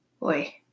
Boy